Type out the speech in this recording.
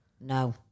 No